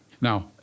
Now